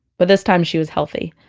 but this time she was healthy.